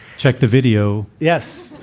check the video. yes.